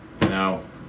Now